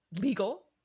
legal